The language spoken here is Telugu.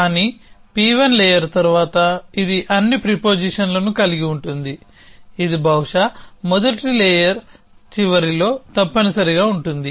కానీ P1 లేయర్ తర్వాత ఇది అన్ని ప్రిపోజిషన్లను కలిగి ఉంటుంది ఇది బహుశా మొదటి లేయర్ చివరిలో తప్పనిసరిగా ఉంటుంది